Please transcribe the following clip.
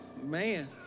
man